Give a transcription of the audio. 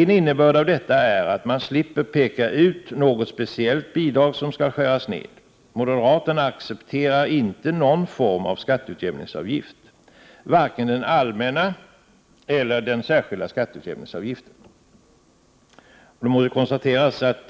En innebörd av detta är att man slipper peka ut något speciellt bidrag som skall skäras ned. Moderaterna accepterar inte någon form av skatteutjämningsavgift — varken den allmänna eller den särskilda skatteutjämningsavgiften. Det må då konstateras att